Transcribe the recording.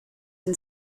and